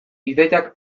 ideiak